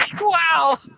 Wow